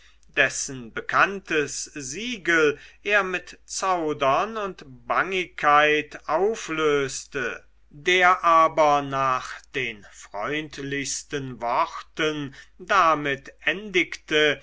dessen bekanntes siegel er mit zaudern und bangigkeit auflöste der aber nach den freundlichsten worten damit